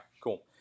Cool